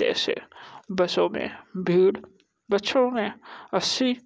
जैसे बसों में भीड़ बसों में असली